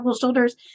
shoulders